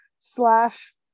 slash